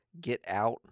get-out